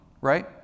right